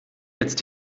jetzt